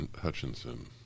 Hutchinson